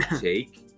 take